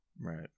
Right